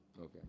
Okay